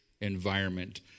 environment